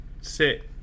sit